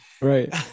Right